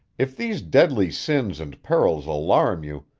if these deadly sins and perils alarm you,